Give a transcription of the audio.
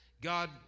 God